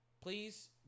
please